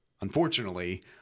Unfortunately